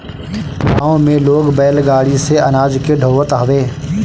गांव में लोग बैलगाड़ी से अनाज के ढोअत हवे